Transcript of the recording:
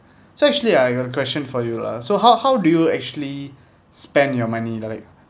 so actually I got a question for you lah so how how do you actually spend your money like